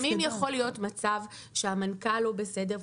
אבל לפעמים יכול להיות מצב שהמנכ"ל לא בסדר,